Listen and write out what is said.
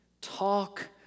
talk